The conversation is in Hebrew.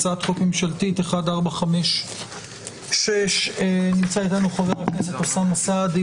הצעת חוק ממשלתית 1456. נמצא איתנו חבר הכנסת אוסאמה סעדי.